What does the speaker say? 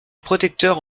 protecteur